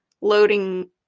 loading